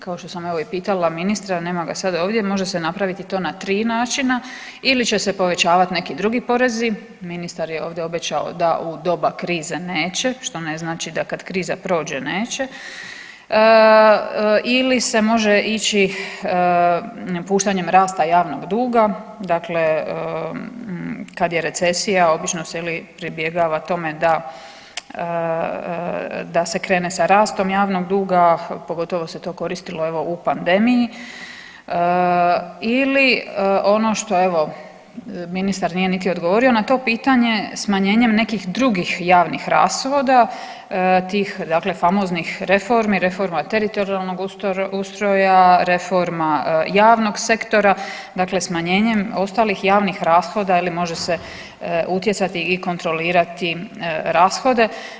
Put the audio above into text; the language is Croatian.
Kao što sam pitala ministra, nema ga sad ovdje, može se napraviti to na tri načina ili će se povećavati neki drugi porezi, ministar je ovdje obećao da u doba krize neće, što ne znači da kad kriza prođe neće, ili se može ići puštanjem rasta javnog duga dakle kad je recesija obično se ili pribjegava tome da se krene sa rastom javnog duga, pogotovo se to koristilo u pandemiji, ili ono što evo ministar nije niti odgovorio na to pitanje, smanjenjem nekih drugih javnih rashoda tih famoznih reformi, reforma teritorijalnog ustroja, reforma javnog sektora, dakle smanjenjem ostalih javnih rashoda može se utjecati i kontrolirati rashode.